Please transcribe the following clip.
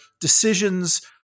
decisions